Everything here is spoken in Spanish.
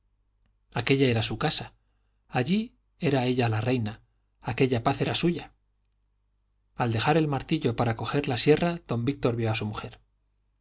aquella era su casa allí era ella la reina aquella paz era suya al dejar el martillo para coger la sierra don víctor vio a su mujer